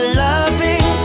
loving